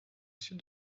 sud